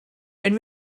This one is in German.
wenn